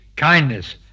kindness